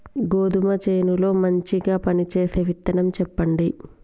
గోధుమ చేను లో మంచిగా పనిచేసే విత్తనం చెప్పండి?